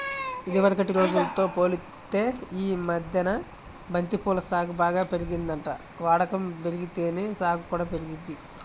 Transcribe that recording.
ఇదివరకటి రోజుల్తో పోలిత్తే యీ మద్దెన బంతి పూల సాగు బాగా పెరిగిందంట, వాడకం బెరిగితేనే సాగు కూడా పెరిగిద్ది